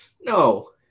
No